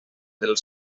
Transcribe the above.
del